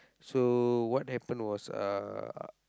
so what happened was uh